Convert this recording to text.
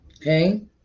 Okay